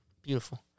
Beautiful